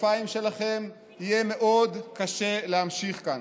הכתפיים שלכם יהיה מאוד קשה להמשיך כאן.